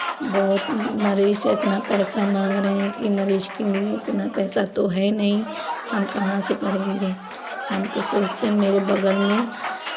बहुत मरीज एतना पैसा माँग रहे हैं कि मरीज के लिए इतना पैसा तो है नहीं हम कहाँ से करेंगे हम तो सोचते मेरे बगल में